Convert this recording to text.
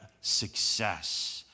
success